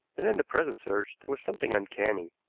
and in the present search there was something uncanny.